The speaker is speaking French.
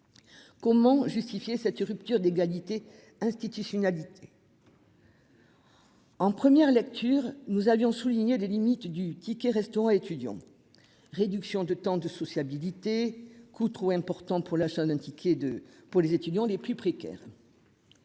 Comment justifier cette rupture d'égalité institutionnalisé. En première lecture nous avions souligné des limites du ticket restaurant, étudiants. Réduction de temps de sociabilité coût trop importante pour l'achat d'un ticket de pour les étudiants les plus précaires.